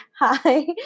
Hi